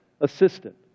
assistant